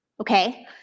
Okay